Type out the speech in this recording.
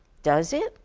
does it?